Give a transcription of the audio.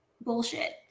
bullshit